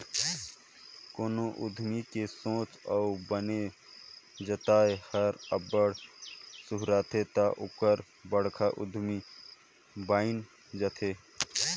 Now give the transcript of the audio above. कोनो उद्यमी के सोंच अउ बने जाएत हर अब्बड़ सुहाथे ता ओहर बड़खा उद्यमी बइन जाथे